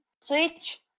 Switch